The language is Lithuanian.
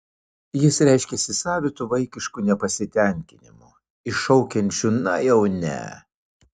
jis reiškiasi savitu vaikišku nepasitenkinimu iššaukiančiu na jau ne